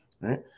right